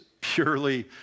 purely